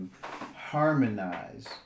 harmonize